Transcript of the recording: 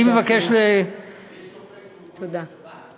אני מבקש, מי שעושה את זה הוא גוי של שבת?